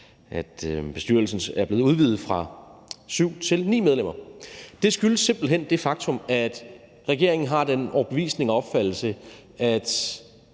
at bestyrelsen er blevet udvidet fra 7 til 9 medlemmer. Det skyldes simpelt hen det faktum, at regeringen har den overbevisning og opfattelse, at